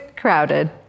crowded